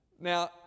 now